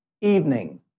evening